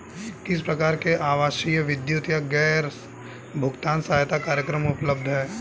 किस प्रकार के आवासीय विद्युत या गैस भुगतान सहायता कार्यक्रम उपलब्ध हैं?